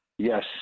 yes